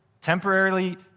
temporarily